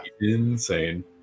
insane